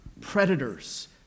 Predators